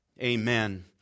Amen